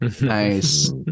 Nice